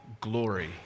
glory